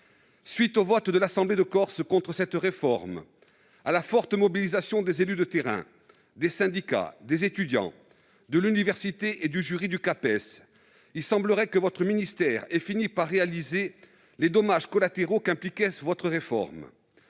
suite d'un vote de l'Assemblée de Corse contre cette réforme et de la forte mobilisation des élus de terrain, des syndicats, des étudiants, de l'université et du jury du Capes, il semblerait que votre ministère ait fini par se rendre compte des dommages collatéraux qu'impliquait votre réforme.